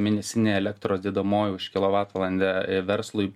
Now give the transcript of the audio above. mėnesinė elektros dedamoji už kilovatvalandę verslui